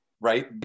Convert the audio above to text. right